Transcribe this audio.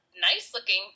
nice-looking